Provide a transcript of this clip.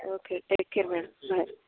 okay take care madam bye